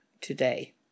today